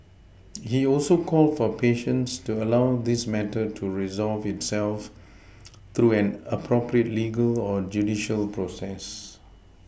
he also called for patience to allow this matter to resolve itself through an appropriate legal or judicial process